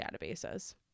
databases